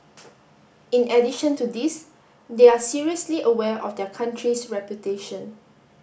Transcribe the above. in addition to this they are seriously aware of their country's reputation